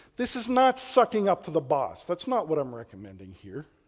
this is not sucking up to the boss, that's not what i'm recommending here.